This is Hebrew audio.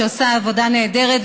שעושה עבודה נהדרת,